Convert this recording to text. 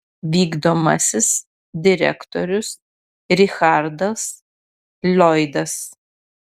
vykdomasis direktorius richardas lloydas